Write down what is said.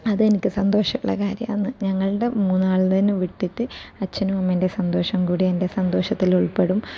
അത് എനിക്ക് സന്തോഷമുള്ള കാര്യമാണ് ഞങ്ങളുടെ മൂന്നാളുടേതിൽ നിന്ന് വിട്ടിട്ട് അച്ഛനും അമ്മേന്റേയും സന്തോഷം കൂടി എൻ്റെ സന്തോഷത്തിൽ ഉൾപ്പെടും